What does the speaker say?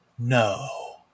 No